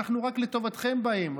אנחנו רק לטובתכם באים,